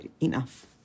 enough